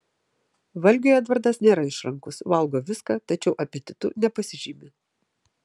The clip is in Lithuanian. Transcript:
valgiui edvardas nėra išrankus valgo viską tačiau apetitu nepasižymi